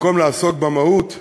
במקום לעסוק במהות,